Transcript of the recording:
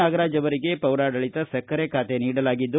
ನಾಗರಾಜ್ ಅವರಿಗೆ ಪೌರಾಡಳಿತ ಸಕ್ಕರೆ ಖಾತೆ ನೀಡಲಾಗಿದೆ